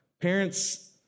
Parents